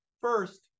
First